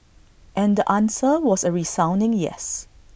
and the answer was A resounding yes